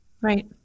Right